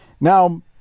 Now